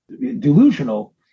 delusional